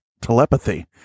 telepathy